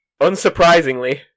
Unsurprisingly